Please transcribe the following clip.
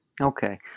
Okay